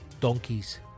Donkeys